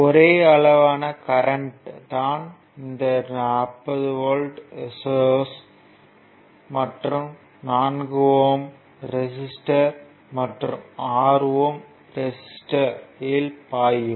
ஒரே அளவான கரண்ட் தான் இந்த 40 V வோல்ட்டேஜ் சோர்ஸ் மற்றும் 4 ஓம் ரெசிஸ்டர் மற்றும் 6 ஓம் ரெசிஸ்டர் இல் பாயும்